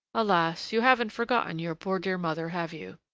alas! you haven't forgotten your poor dear mother, have you?